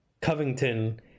Covington